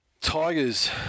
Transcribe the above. Tigers